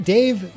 Dave